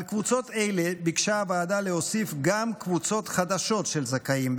על קבוצות אלה ביקשה הוועדה להוסיף גם קבוצות חדשות של זכאים,